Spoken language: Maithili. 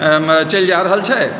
चलि जा रहल छै